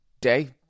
day